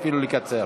אפילו לקצר.